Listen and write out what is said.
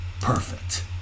perfect